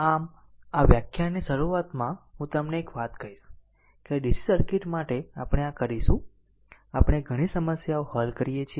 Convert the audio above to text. આમ આ વ્યાખ્યાનની શરૂઆતમાં હું તમને એક વાત કહીશ કે DC સર્કિટ માટે આપણે આ કરીશું આપણે ઘણી સમસ્યાઓ હલ કરીએ છીએ